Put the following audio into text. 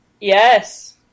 Yes